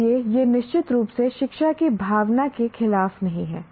इसलिए यह निश्चित रूप से शिक्षा की भावना के खिलाफ नहीं है